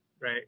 right